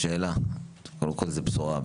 קודם כל, זוהי בשורה.